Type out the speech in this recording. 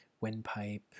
windpipe